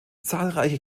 zahlreiche